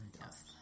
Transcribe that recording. Yes